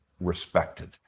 respected